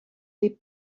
they